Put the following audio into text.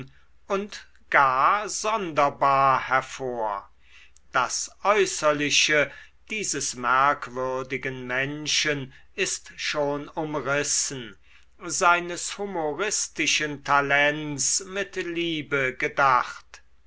und gar sonderbar hervor das äußerliche dieses merkwürdigen menschen ist schon umrissen seines humoristischen talents mit liebe gedacht